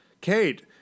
Kate